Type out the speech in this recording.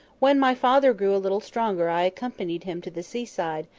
when my father grew a little stronger i accompanied him to the seaside,